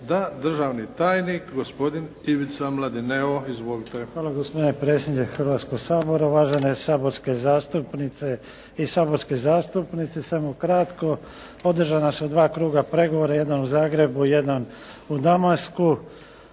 Da. Državni tajnik, gospodin Ivica Mladineo. Izvolite. **Mladineo, Ivica** Hvala gospodine predsjedniče Hrvatskog sabora, uvažene saborske zastupnice i saborski zastupnici. Samo ukratko. Održana su dva kruga pregovora, jedan u Zagrebu, jedan u Damasku.